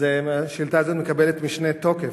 אז השאילתא הזאת מקבלת משנה תוקף.